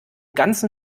ganzen